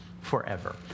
forever